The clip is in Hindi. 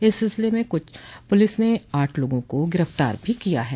इस सिलसिले में पुलिस ने आठ लोगों को गिरफ्तार भी किया है